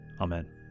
Amen